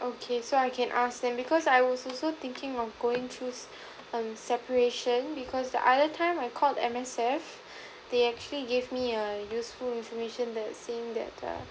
okay so I can ask them because I was also thinking of going through um separation because the other time I called M_S_F they actually gave me a useful information that saying that err